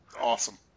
Awesome